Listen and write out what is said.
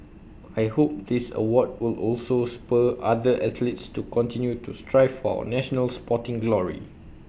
I hope this award will also spur other athletes to continue to strive for national sporting glory